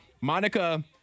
Monica